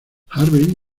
harvey